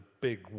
big